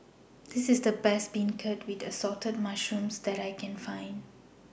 This IS The Best Beancurd with Assorted Mushrooms that I Can Find